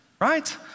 right